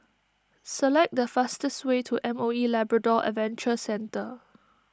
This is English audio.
select the fastest way to M O E Labrador Adventure Centre